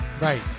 right